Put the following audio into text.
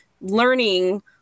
learning